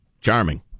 Charming